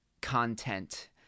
content